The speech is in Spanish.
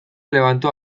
levantó